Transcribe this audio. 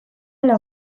ala